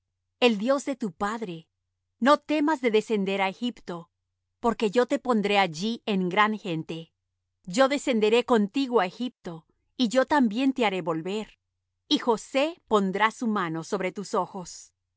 el dios de tu padre no temas de descender á egipto porque yo te pondré allí en gran gente yo descenderé contigo á egipto y yo también te haré volver y josé pondrá su mano sobre tus ojos y